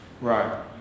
Right